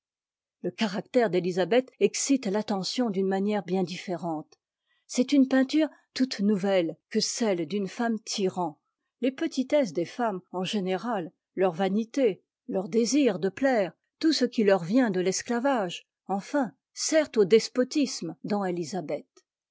le caractère d'élisabeth excite l'attention d'une manière bien différente c'est une peinture toute nouvelle que celle d'une femme tyran les petitesses des femmes en généra leur vanité leur désir de plaire tout ce qui leur vient de l'esclavage enfin sert au despotisme dans